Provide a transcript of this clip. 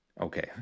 Okay